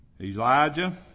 Elijah